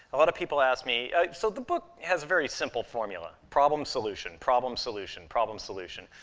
a lot of people ask me so the book has very simple formula problem, solution, problem, solution, problem, solution.